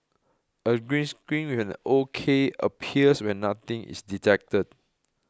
a green screen with an O K appears when nothing is detected